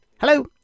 Hello